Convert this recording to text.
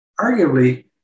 Arguably